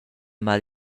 mal